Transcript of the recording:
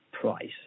price